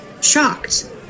shocked